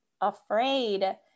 afraid